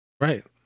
right